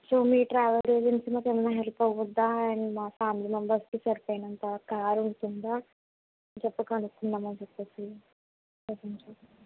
so మీ travels agency మాకేమైనా help అవుతుందా అండ్ మా ఫ్యామిలీ మెంబర్స్కి సరిపోయినంత కారు ఉంటుందా అని చెప్పి కనుక్కుందాం అని చెప్పి చేసాను సార్